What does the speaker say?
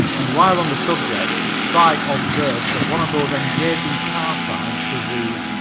and while on the subject, spike observes that one of those engaging car signs should read